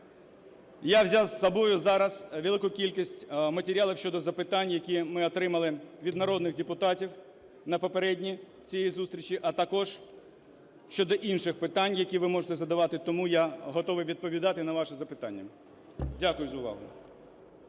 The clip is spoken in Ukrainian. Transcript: Я взяв із собою зараз велику кількість матеріалів щодо запитань, які ми отримали від народних депутатів на попередній цій зустрічі, а також щодо інших питань, які ви можете задавати. Тому я готовий відповідати на ваші запитання. Дякую за увагу.